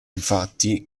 infatti